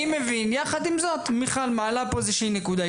יחד עם זאת, מיכל מעלה פה איזושהי נקודה.